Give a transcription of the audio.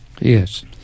Yes